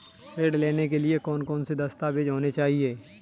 ऋण लेने के लिए कौन कौन से दस्तावेज होने चाहिए?